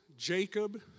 Jacob